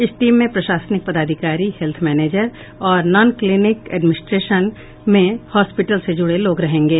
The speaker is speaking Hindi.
इस टीम में प्रशासनिक पदाधिकारी हेत्थ मैनेजर और नॉन क्लीनिकल एडमिनिस्ट्रेशन में हॉस्पीटल से जुड़े लोग रहेंगे